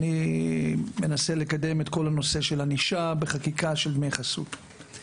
אני מנסה לקדם את כל הנושא של ענישה בחקיקה של דמי חסות.